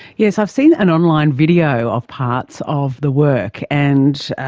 yes, i've seen an online video of parts of the work and,